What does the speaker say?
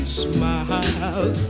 smile